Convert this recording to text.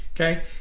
okay